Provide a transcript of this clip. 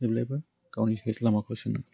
जेब्लायबो गावनि लामाखौ सोंनां